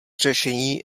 řešení